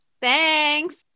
Thanks